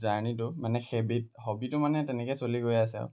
জাৰ্ণিটো মানে হেবিট হবিটো মানে তেনেকৈ চলি গৈ আছে আৰু